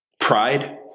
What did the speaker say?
pride